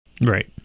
Right